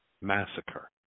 Massacre